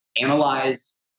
analyze